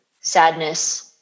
sadness